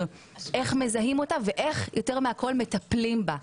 איך מזהים אותה ויותר מהכול איך מטפלים בה.